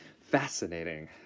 Fascinating